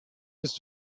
used